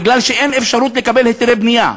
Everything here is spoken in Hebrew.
בגלל שאין אפשרות לקבל היתרי בנייה.